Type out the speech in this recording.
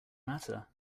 matter